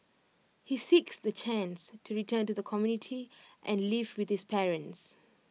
he seeks the chance to return to the community and live with his parents